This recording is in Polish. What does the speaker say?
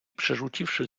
przerzuciwszy